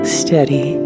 steady